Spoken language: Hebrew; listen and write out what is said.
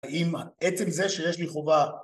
האם עצם זה שיש לי חובה